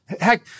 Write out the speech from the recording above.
Heck